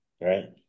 right